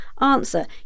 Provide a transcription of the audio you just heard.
answer